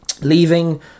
leaving